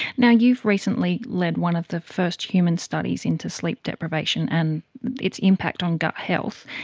now, you've recently led one of the first human studies into sleep deprivation and its impact on gut health,